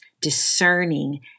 discerning